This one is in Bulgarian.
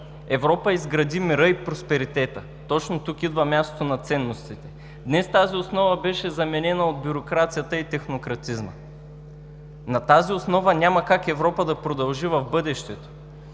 Европа изгради мира и просперитета. Точно тук идва мястото на ценностите. Днес тази основа беше заменена от бюрокрацията и технократизма. На тази основа няма как Европа да продължи в бъдещето,